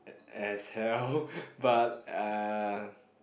as hell but uh